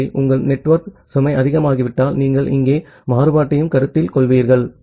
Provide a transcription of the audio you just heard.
ஆகவே உங்கள் நெட்வொர்க் சுமை அதிகமாகிவிட்டால் நீங்கள் இங்கே மாறுபாட்டையும் கருத்தில் கொள்கிறீர்கள்